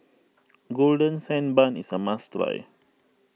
Golden Sand Bun is a must try